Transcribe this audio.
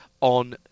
on